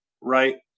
Right